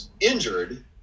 injured